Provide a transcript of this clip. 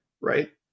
right